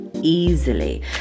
easily